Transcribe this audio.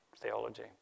theology